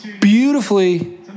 beautifully